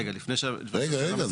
רגע, רגע.